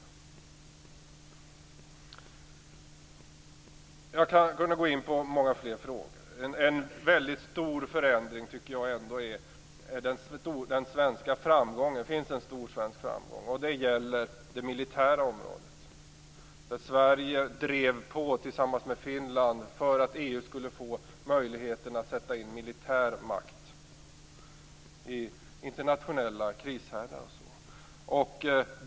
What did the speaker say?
Jag kan gå in på många fler frågor. En stor förändring är en stor svensk framgång. Det gäller det militära området. Sverige drev på tillsammans med Finland att EU skall få möjligheten att sätta in militär makt i internationella krishärdar.